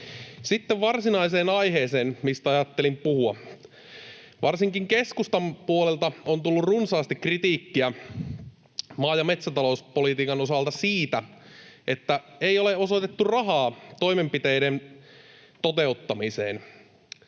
Sitten varsinaiseen aiheeseen, mistä ajattelin puhua. Varsinkin keskustan puolelta on tullut runsaasti kritiikkiä maa- ja metsätalouspolitiikan osalta siitä, että ei ole osoitettu rahaa toimenpiteiden toteuttamiseen.